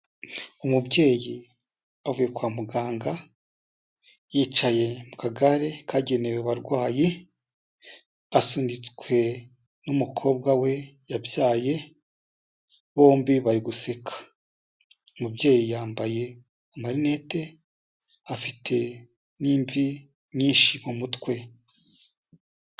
Umubyeyi avuye kwa muganga yicaye mu kagare kagenewe abarwayi, asunitswe n'umukobwa we yabyaye, bombi bari guseka, umubyeyi yambaye amarinete afite n'imvi nyinshi mu mutwe.